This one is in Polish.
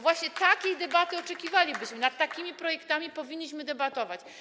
Właśnie takiej debaty oczekiwalibyśmy, nad takimi projektami powinniśmy debatować.